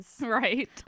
Right